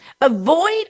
Avoid